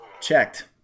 checked